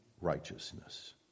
righteousness